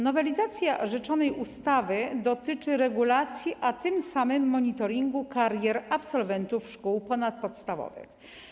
Nowelizacja rzeczonej ustawy dotyczy regulacji, a tym samym monitoringu karier absolwentów szkół ponadpodstawowych.